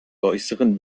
äußeren